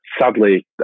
sadly